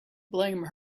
blame